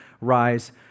rise